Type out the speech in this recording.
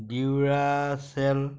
Duracell